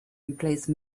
replace